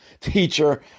teacher